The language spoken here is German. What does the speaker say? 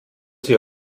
sie